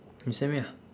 you send me ah